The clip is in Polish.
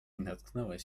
natknąłeś